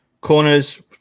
Corners